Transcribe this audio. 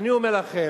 אני אומר לכם,